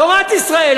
תורת ישראל.